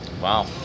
Wow